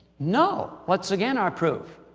no. what's again our proof?